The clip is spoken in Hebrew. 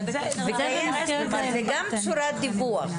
זה גם צורת דיווח.